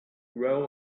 grow